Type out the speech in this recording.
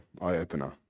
eye-opener